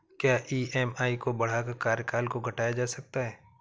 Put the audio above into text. क्या ई.एम.आई को बढ़ाकर कार्यकाल को घटाया जा सकता है?